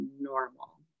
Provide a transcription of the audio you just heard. normal